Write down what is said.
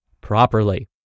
properly